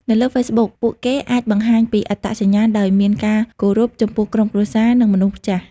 នៅលើ Facebook ពួកគេអាចបង្ហាញពីអត្តសញ្ញាណដោយមានការគោរព ចំពោះក្រុមគ្រួសារ និងមនុស្សចាស់។